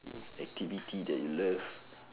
activity that you love